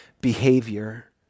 behavior